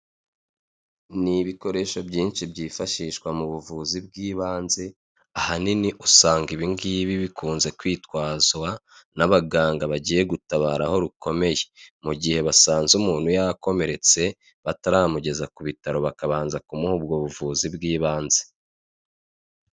Ni ibikoresho byinshi byifashishwa mu buvuzi bw'ibanze ahanini usanga ibingibi bikunze kwitwazwa n'abaganga bagiye gutabara aho rukomeye mu gihe basanze umuntu yakomeretse bataramugeza ku bitaro bakabanza kumuha ubwo buvuzi bw'ibanze.